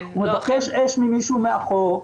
הוא מבקש אש ממישהו מאחור,